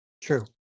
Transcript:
true